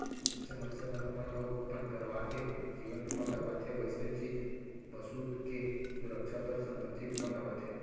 जइसे मनसे मन अपन अउ अपन परवार के जीवन बीमा करवाथें वइसने चीज बसूत के सुरक्छा बर संपत्ति बीमा करवाथें